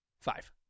Five